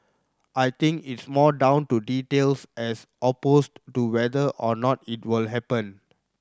I think it's more down to details as opposed to whether or not it will happen